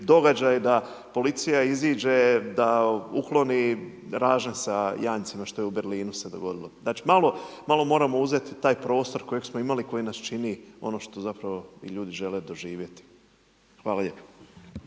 da policija iziđe da ukloni ražanj s janjcima što je u Berlinu se dogodilo. Znači, malo, malo moramo uzeti taj prostor kojeg smo imali koji nas čini ono što zapravo ljudi i žele doživjeti. Hvala lijepo.